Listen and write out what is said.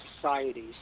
Societies